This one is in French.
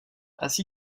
ainsi